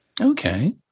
Okay